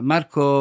Marco